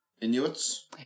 Inuits